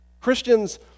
Christians